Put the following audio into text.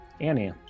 Annie